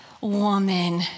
woman